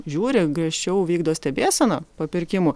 žiūri griežčiau vykdo stebėseną papirkimų